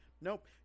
Nope